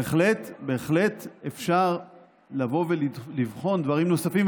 בהחלט אפשר לבוא ולבחון דברים נוספים,